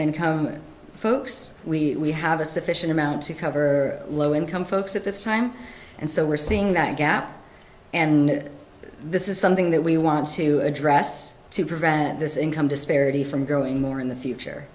income folks we have a sufficient amount to cover low income folks at this time and so we're seeing that gap and this is something that we want to address to prevent this income disparity from growing more in the future